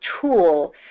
tool